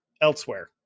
elsewhere